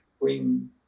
bring